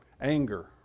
anger